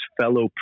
fellow